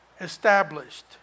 established